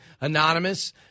anonymous